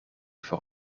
voor